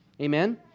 Amen